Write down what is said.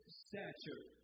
stature